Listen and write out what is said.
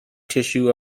tissue